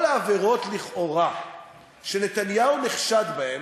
כל העבירות לכאורה שנתניהו נחשד בהם,